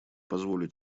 позволю